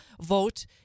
vote